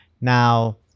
now